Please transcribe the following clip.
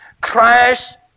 Christ